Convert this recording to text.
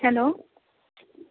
hello